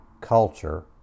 culture